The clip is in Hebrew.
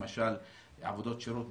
למשל עבודות שירות,